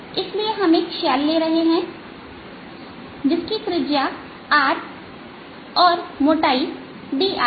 इसलिए हम एक शैल ले रहे हैं जिसकी त्रिज्या R और मोटाई dr है